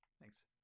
thanks